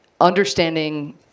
understanding